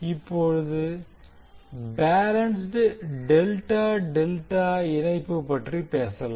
இப்போது பேலன்ஸ்ட் ∆∆ இணைப்பு பற்றி பேசலாம்